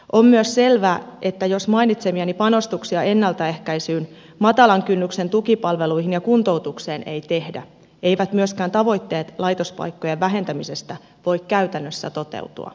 on myös selvää että jos mainitsemiani panostuksia ennaltaehkäisyyn matalan kynnyksen tukipalveluihin ja kuntoutukseen ei tehdä eivät myöskään tavoitteet laitospaikkojen vähentämisestä voi käytännössä toteutua